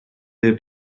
their